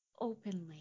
openly